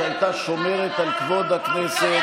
שהייתה שומרת על כבוד הכנסת,